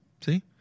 See